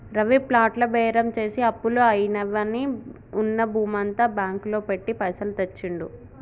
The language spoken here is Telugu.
రవి ప్లాట్ల బేరం చేసి అప్పులు అయినవని ఉన్న భూమంతా బ్యాంకు లో పెట్టి పైసలు తెచ్చిండు